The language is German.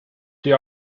dir